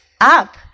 up